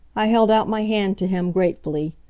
i held out my hand to him, gratefully.